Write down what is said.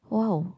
wow